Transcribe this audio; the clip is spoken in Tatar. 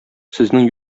сезнең